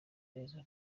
neza